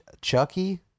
Chucky